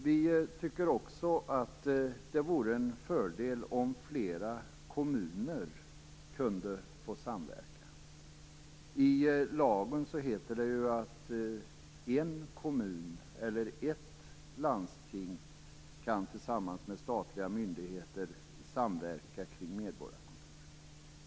Vi tycker också att det vore en fördel om flera kommuner kunde få samverka. I lagen heter det att en kommun eller ett landsting tillsammans med statliga myndigheter kan samverka kring ett medborgarkontor.